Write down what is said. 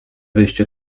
wyście